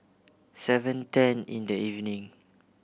seven ten in the evening